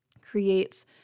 creates